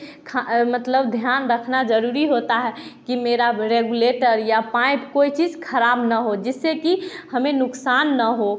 खा मतलब ध्यान रखना ज़रूरी होता है कि मेरा रेगुलेटर या पाईंप कोई चीज़ खराब न हो जिससे कि हमें नुकसान न हो